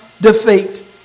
defeat